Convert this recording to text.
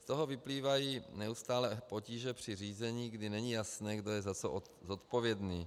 Z toho vyplývají neustálé potíže při řízení, kdy není jasné, kdo je za co odpovědný.